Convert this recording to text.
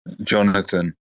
Jonathan